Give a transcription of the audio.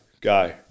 go